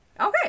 Okay